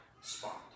spot